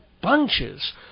bunches